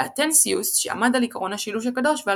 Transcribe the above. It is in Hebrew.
לאתנסיוס שעמד על עקרון השילוש הקדוש ועל